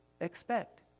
expect